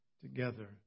together